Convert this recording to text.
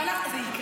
זה יקרה.